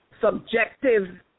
subjective